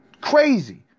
crazy